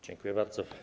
Dziękuję bardzo.